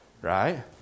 Right